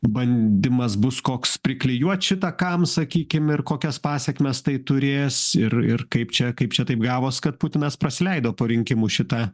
bandymas bus koks priklijuoti šitą kam sakykime ir kokias pasekmes tai turės ir ir kaip čia kaip čia taip gavosi kad putinas prasileido po rinkimų šitą